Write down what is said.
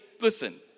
listen